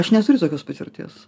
aš neturiu tokios patirties